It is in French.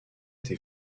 été